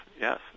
yes